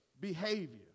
behavior